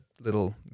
little